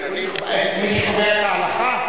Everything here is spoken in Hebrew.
מי שקובע את ההלכה?